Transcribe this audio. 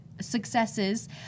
successes